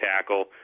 tackle